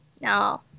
No